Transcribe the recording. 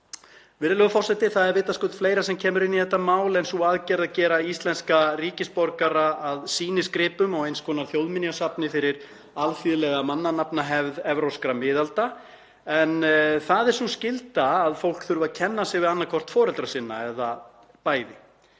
Virðulegur forseti. Það er vitaskuld fleira sem kemur inn í þetta mál en sú aðgerð að gera íslenska ríkisborgara að sýnisgripum og eins konar þjóðminjasafni fyrir alþýðlega mannanafnahefð evrópskra miðalda, með þeirri skyldu að fólk þurfi að kenna sig við annað hvort foreldra sinna eða bæði.